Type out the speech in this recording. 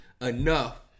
enough